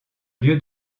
lieu